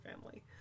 family